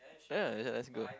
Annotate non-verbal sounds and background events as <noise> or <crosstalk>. sure <noise> let's go